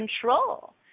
control